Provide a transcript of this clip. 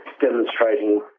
demonstrating